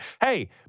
Hey